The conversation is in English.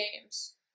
games